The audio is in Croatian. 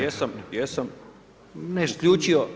Jesam, jesam uključio.